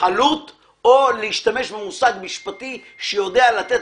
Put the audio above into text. חלוט או להשתמש במושג משפטי שיודע לתת